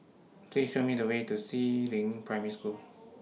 Please Show Me The Way to Si Ling Primary School